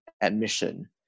admission